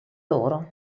loro